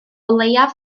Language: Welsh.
leiaf